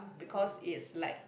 because it's like